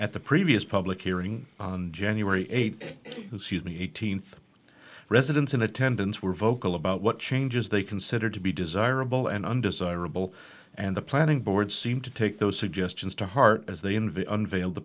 at the previous public hearing on january eighth who sued eighteenth residents in attendance were vocal about what changes they considered to be desirable and undesirable and the planning board seemed to take those suggestions to heart as they invade unveiled the